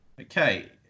okay